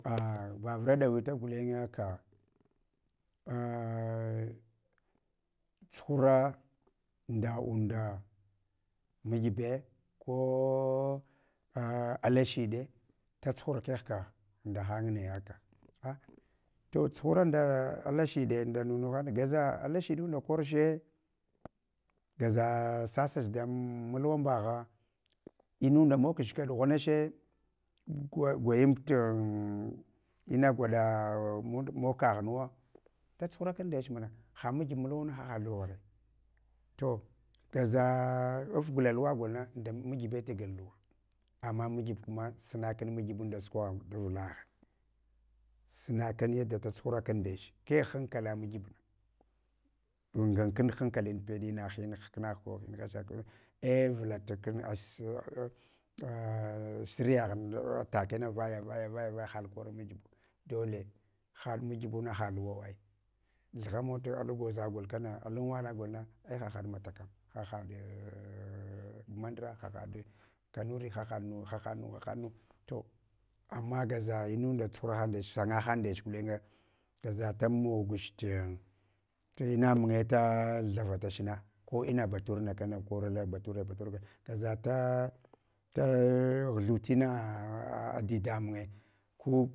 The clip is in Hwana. A vavura ɗawita gulenye aka a tsuhura nda unda makbe ko ah alashiɗe, tatsuhur kegh ka nda han ne aka. A tsuhura nda ala shiɗ nda nunuhan gaza alashiɗunda korche gaza sasasach dan mulwam bagha inunda mogach kaɗ ɗughana che gwayam tu ina gwaɗa mog kaghunuwo, datsuhura kun ndech mana, ha makib mulwuna haha luware, to gaza afgla luwa golna nda makibe ta gal luwa, ana makib, kuma suna kun makibum da sukwagha davlagha, sunakan yada da tsuhuraka ndech kegh hankala makibna ɗunsan kan hankali peɗ ina hin hkna, ko hin hasha, ko ei vulta takena vaya, vaya, vaya haɗ kar makibu dole haɗ makibuna ha luwawai, thughamau to ala gwoza gol kana alan wala golna ai hahaɗ matakam hahaɗe mandara, hahɗa kanuri hahaɗnu hahaɗnu to, ama gaza inunda tsuhura han ndech sanga han ndech gulenye gaza ta mogach tin tina munye ta thaval goh na ko ma batur na kana konil na batura batura gol gaza ta, taghthutina diidimunye ku.